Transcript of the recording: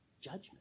judgment